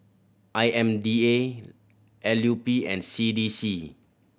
I M D A L U P and C D C